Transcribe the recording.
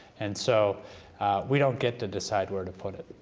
and so we don't get to decide where to put it.